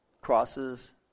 crosses